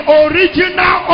original